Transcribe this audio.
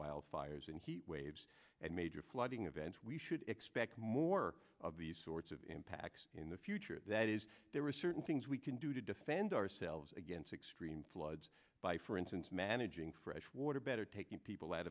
wildfires and heat waves and major flooding events we should expect more of these sorts of impacts in the future that is there are certain things we can do to defend ourselves against extreme floods by for instance managing fresh water better taking people out